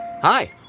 Hi